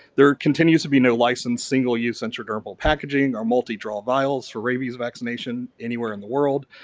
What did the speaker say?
there continues to be no license single use intradermal packaging, or multi-draw vials for rabies vaccination anywhere in the world.